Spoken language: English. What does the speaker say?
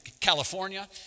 California